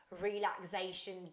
relaxation